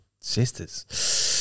sisters